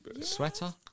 Sweater